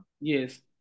yes